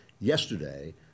yesterday